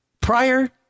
prior